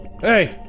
hey